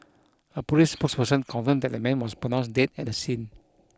a police spokesperson confirmed that the man was pronounced dead at the scene